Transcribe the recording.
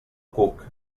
cuc